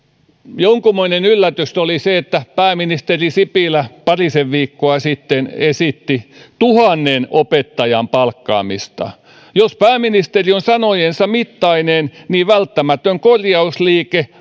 jonkunmoinen yllätys oli se että pääministeri sipilä parisen viikkoa sitten esitti tuhannen opettajan palkkaamista jos pääministeri on sanojensa mittainen niin välttämätön korjausliike